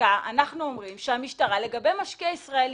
בחקיקה אנחנו אומרים שהמשטרה לגבי משקיע ישראלי,